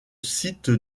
site